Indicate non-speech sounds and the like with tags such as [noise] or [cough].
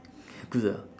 [breath]